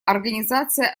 организация